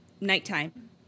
Nighttime